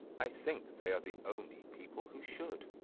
i think they are the only people who should.